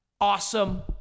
Awesome